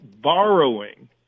borrowing